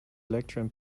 lecturer